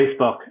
Facebook